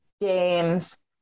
games